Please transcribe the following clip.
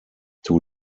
too